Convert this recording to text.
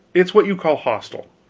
it's what you call hostel.